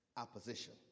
Opposition